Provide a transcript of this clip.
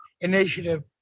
initiative